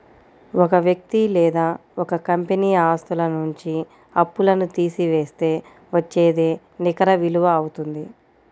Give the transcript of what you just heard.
ఒక వ్యక్తి లేదా ఒక కంపెనీ ఆస్తుల నుంచి అప్పులను తీసివేస్తే వచ్చేదే నికర విలువ అవుతుంది